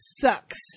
sucks